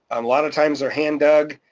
um lot of times they're hand dug,